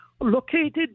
located